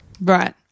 Right